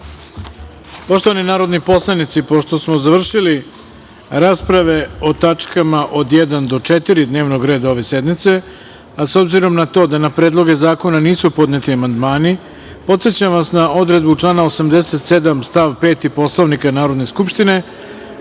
reda. Poštovani narodni poslanici, pošto smo završili raspravu o tačkama od 1. do 4. dnevnog reda ove sednice, a s obzirom na to da na predloge zakona nisu podneti amandmani, podsećam vas na odredbu člana 87. stav 5. Poslovnika Narodne skupštine,